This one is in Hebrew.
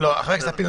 חבר הכנסת לפיד,